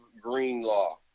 Greenlaw